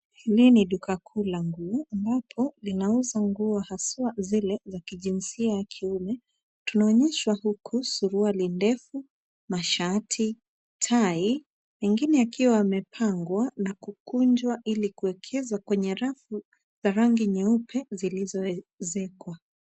Hili ni duka kuu la nguo ambapo linauza nguo haswa zile za kijinsia ya kiume. Tunaonyeshwa huku suruali ndefu, mashati, tai mengine yakiwa yamepangwa na kukunjwa ili kuwekezwa kwenye rafu ya rangi nyeupe zilizoezekwa.